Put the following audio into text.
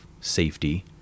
safety